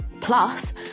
plus